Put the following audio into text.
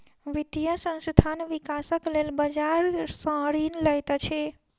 वित्तीय संस्थान, विकासक लेल बजार सॅ ऋण लैत अछि